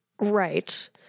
right